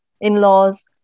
in-laws